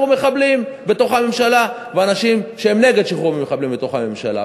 מחבלים בתוך הממשלה ואנשים שהם נגד שחרור מחבלים בתוך הממשלה.